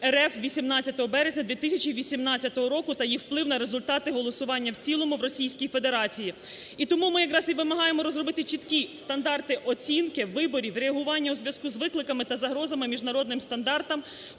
РФ 18 березня 2018 року та їх вплив на результати голосування в цілому в Російській Федерації. І тому ми якраз і вимагаємо розробити чіткі стандарти оцінки виборів, реагування у зв'язку з викликами та загрозами міжнародним стандартам